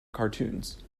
cartoons